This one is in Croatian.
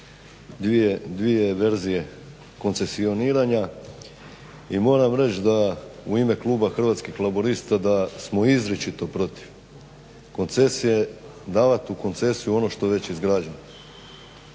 dvije verzije koncesioniranja i moram reći da u ime kluba Hrvatskih laburista da smo izričito protiv davati u koncesiju ono što je već izgrađeno.